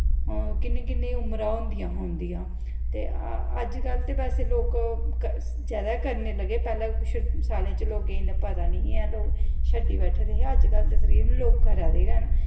किन्नी किन्नी उमरां होंदियां हां उं'दियां अजकल्ल ते बैसे लोग जैदा करन लगे पैह्लैं कुश लोगें गी इन्ना पता निं हा लोग शड्डी बैठे दे हे अजकल्ल ते लोग करा दे गै न